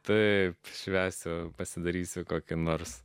taip švęsiu pasidarysiu kokio nors